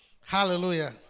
Hallelujah